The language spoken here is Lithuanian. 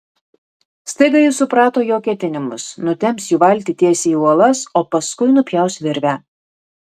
staiga ji suprato jo ketinimus nutemps jų valtį tiesiai į uolas o paskui nupjaus virvę